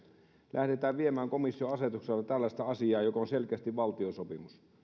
lähdetään viemään komission asetuksella tällaista asiaa joka on selkeästi valtiosopimus